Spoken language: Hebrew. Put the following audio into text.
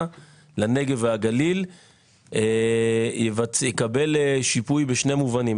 לנגב והגליל יקבל שיפוי בשני מובנים,